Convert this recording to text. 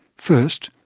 first,